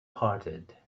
parted